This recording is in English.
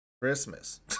Christmas